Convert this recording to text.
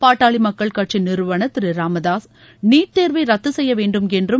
பாட்டாளி மக்கள் கட்சி நிறுவனர் திரு ராமதாஸ் நீட் தேர்வை ரத்து செய்ய வேண்டும் என்றும்